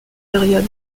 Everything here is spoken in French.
période